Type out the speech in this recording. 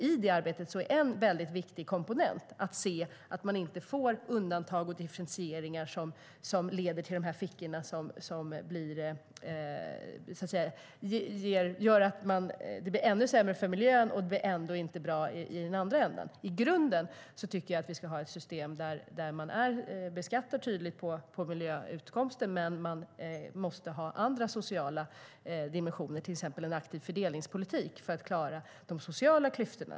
I det arbetet är det en viktig komponent att se till att man inte får undantag och differentieringar som leder till "fickor", vilka gör att det blir ännu sämre för miljön men inte heller bra i den andra ändan.I grunden tycker jag att vi ska ha ett system där man beskattar tydligt på miljöutfallet. Men man måste också ha med sociala dimensioner, till exempel en aktiv fördelningspolitik, för att klara de sociala klyftorna.